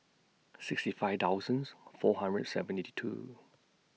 sixty five thousands four hundred two